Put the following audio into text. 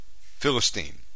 Philistine